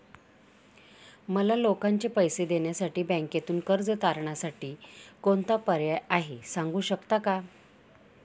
मला लोकांचे पैसे देण्यासाठी बँकेतून कर्ज तारणसाठी कोणता पर्याय आहे? सांगू शकता का?